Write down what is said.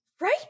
right